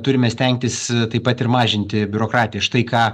turime stengtis taip pat ir mažinti biurokratiją štai ką